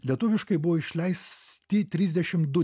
lietuviškai buvo išleisti trisdešim du